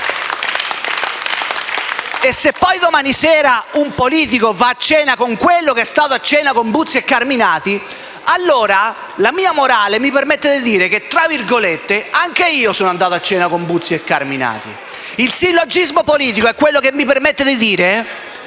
se poi domani sera un politico va a cena con quello che è andato a cena con Buzzi e Carminati, la mia morale mi permette di dire, tra virgolette, che anche io sono andato a cena con Buzzi e Carminati. Il sillogismo politico mi permette di dire